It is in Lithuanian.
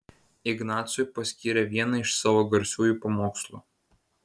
ignacui paskyrė vieną iš savo garsiųjų pamokslų